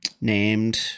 Named